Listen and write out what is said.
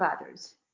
others